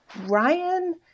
Ryan